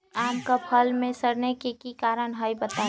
आम क फल म सरने कि कारण हई बताई?